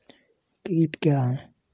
कीट क्या है?